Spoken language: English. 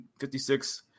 56